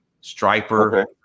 striper